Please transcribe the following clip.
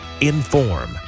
inform